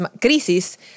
crisis